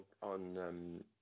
on